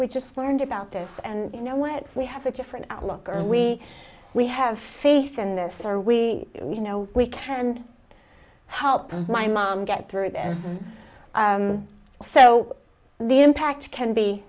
we just learned about this and you know what we have a different outlook or we we have faith in this or we you know we can help my mom get through this so the impact can be